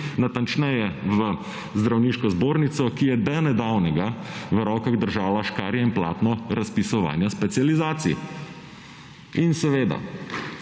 natančneje v Zdravniško zbornico, ki je do nedavnega v rokah držala škarje in platno razpisovanja specializacij. In seveda,